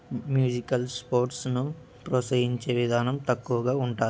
musical స్పోర్ట్స్ను ప్రోత్సహించే విధానం తక్కువగా ఉంటుంది